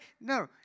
No